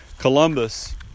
Columbus